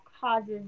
causes